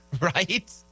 right